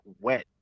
wet